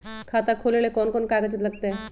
खाता खोले ले कौन कौन कागज लगतै?